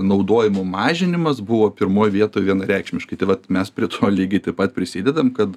naudojimo mažinimas buvo pirmoj vietoj vienareikšmiškai tai vat mes prie to lygiai taip pat prisidedam kad